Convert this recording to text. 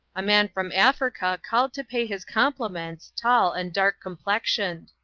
a man from africa called to pay his compliments tall and dark-complexioned.